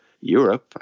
Europe